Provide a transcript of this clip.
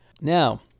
Now